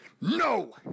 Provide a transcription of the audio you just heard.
no